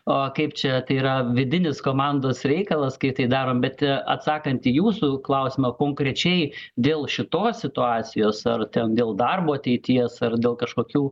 o kaip čia tai yra vidinis komandos reikalas kai tai darom bet atsakant į jūsų klausimą konkrečiai dėl šitos situacijos ar ten dėl darbo ateities ar dėl kažkokių